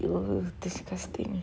oo disgusting eh